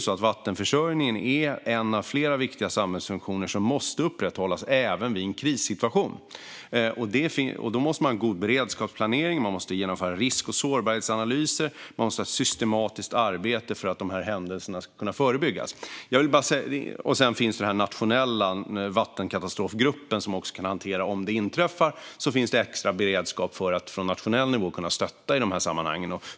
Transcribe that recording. Vattenförsörjningen är en av flera viktiga samhällsfunktioner som måste upprätthållas även i en krissituation. Då måste man ha god beredskapsplanering. Man måste genomföra risk och sårbarhetsanalyser. Man måste ha ett systematiskt arbete för att de här händelserna ska kunna förebyggas. Sedan finns den nationella vattenkatastrofgruppen, som kan hantera dem om de inträffar. Det finns även extra beredskap hos olika myndigheter för att på nationell nivå stötta i de här sammanhangen.